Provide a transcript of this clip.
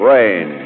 Rain